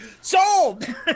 sold